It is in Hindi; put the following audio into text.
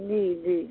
जी जी